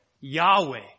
Yahweh